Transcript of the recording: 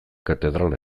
katedrala